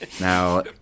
Now